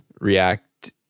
react